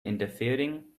interfering